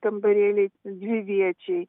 kambarėliai dviviečiai